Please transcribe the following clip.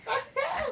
the hell